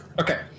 Okay